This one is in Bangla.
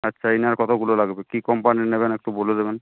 আচ্ছা এনার কতগুলো লাগবে কী কোম্পানির নেবেন একটু বলে দেবেন